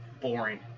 Boring